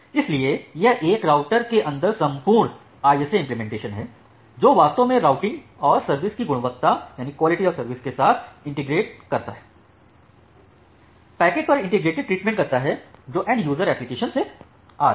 इसलिए यह एक राउटर के अंदर संपूर्ण ISA इम्पलेमेंटेशन है जो वास्तव में राउटिंग और सर्विस की गुणवत्ता को एक साथ इंटेग्रेटेड करता है पैकेट पर इंटीग्रेटेड ट्रीटमेंट करता है जो एन्ड यूज़र एप्लीकेशनसे आ रहे हैं